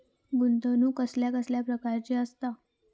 गुंतवणूक कसल्या कसल्या प्रकाराची असता?